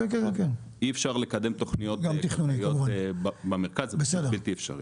אי אפשר לקדם תכניות במרכז; זה פשוט בלתי אפשרי.